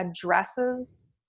addresses